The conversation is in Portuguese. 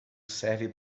serve